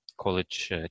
college